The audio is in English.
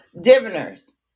diviners